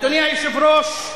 אדוני היושב-ראש,